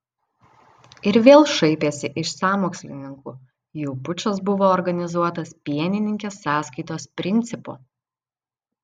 ir vėl šaipėsi iš sąmokslininkų jų pučas buvo organizuotas pienininkės sąskaitos principu